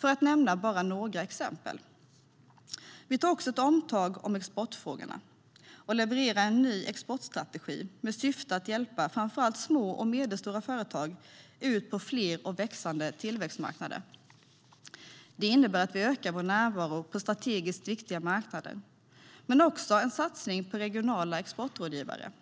Detta är bara några exempel. Vi tar också ett omtag om exportfrågorna och levererar en ny exportstrategi med syfte att hjälpa framför allt små och medelstora företag ut på fler och växande tillväxtmarknader. Det innebär att vi ökar vår närvaro på strategiskt viktiga marknader, men det är också en satsning på regionala exportrådgivare.